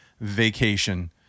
vacation